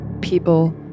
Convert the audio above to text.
people